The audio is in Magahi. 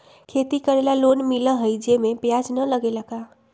खेती करे ला लोन मिलहई जे में ब्याज न लगेला का?